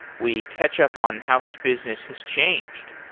we catch up on how his business has changed.